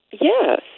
yes